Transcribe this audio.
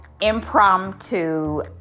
impromptu